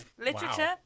literature